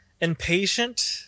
impatient